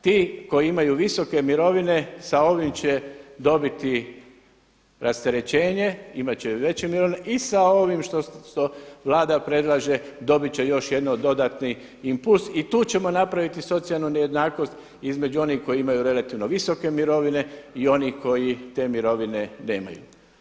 Ti koji imaju visoke mirovine sa ovim će dobiti rasterećenje, imat će veće mirovine i sa ovim što Vlada predlaže dobit će još jedan dodatni impuls i tu ćemo napraviti socijalnu nejednakost između onih koji imaju relativno visoke mirovine i oni koji te mirovine nemaju.